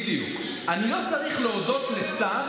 ועוד לא קיבלו את כל הכספים.